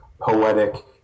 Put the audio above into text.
poetic